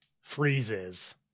freezes